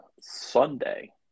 Sunday